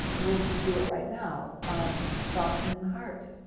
we'll just do it right now soften in the heart.